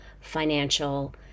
financial